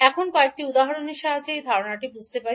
এখন কয়েকটি উদাহরণের সাহায্যে এই ধারণাটি বুঝতে পারি